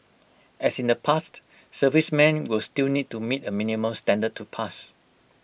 as in the past servicemen will still need to meet A minimum standard to pass